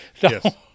Yes